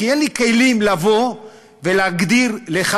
כי אין לי כלים לבוא ולהגדיר לך,